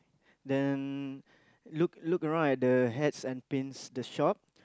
then look look around at the hats and pins the shop